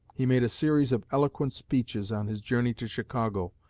he made a series of eloquent speeches on his journey to chicago,